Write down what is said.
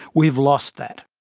we've lost that.